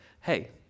hey